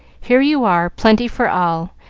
here you are, plenty for all.